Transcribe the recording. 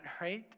right